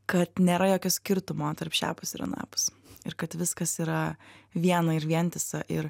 kad nėra jokio skirtumo tarp šiapus ir anapus ir kad viskas yra viena ir vientisa ir